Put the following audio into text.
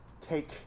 take